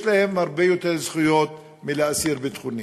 יש להם הרבה יותר זכויות מלאסיר ביטחוני.